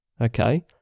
okay